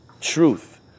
truth